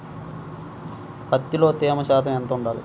పత్తిలో తేమ శాతం ఎంత ఉండాలి?